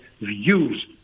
views